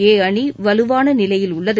ஏ அணி வலுவான நிலையில் உள்ளது